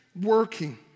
working